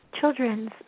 children's